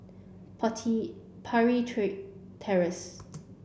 party Parry tree Terrace